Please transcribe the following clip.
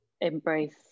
embrace